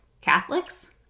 Catholics